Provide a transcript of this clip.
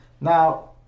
Now